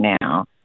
now